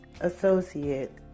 associate